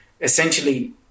essentially